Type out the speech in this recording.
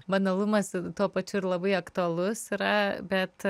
banalumas tuo pačiu ir labai aktualus yra bet